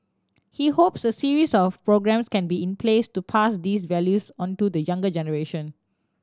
he hopes a series of programmes can be in place to pass these values on to the younger generation